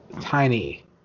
tiny